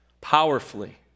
powerfully